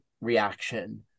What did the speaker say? reaction